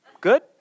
Good